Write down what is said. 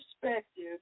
perspective